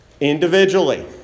Individually